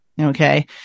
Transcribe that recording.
Okay